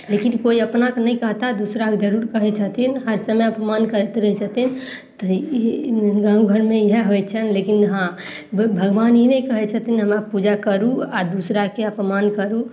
लेकिन कोइ अपनाके नहि कहता दोसराके जरूर कहय छथिन हर समय अपमान करैत रहय छथिन तऽ गाँव घरमे इएहे होइ छनि लेकिन हाँ भगवान ई नहि कहय छथिन हमरा पूजा करू आओर दोसराके अपमान करू